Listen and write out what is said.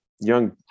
young